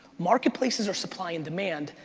marketplaces are supply and demand,